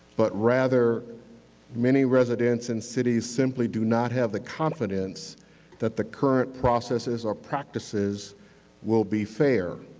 but rather many residents in cities simply do not have the confidence that the current processes or practices will be fair.